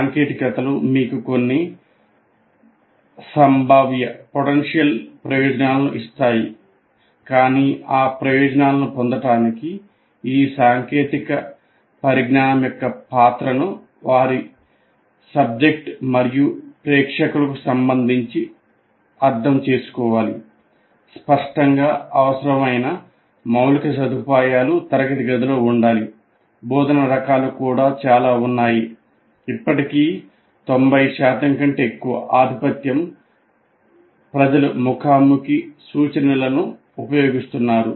సాంకేతికతలు మీకు కొన్ని సంభావ్య ప్రజలు ముఖాముఖి సూచనలను ఉపయోగిస్తారు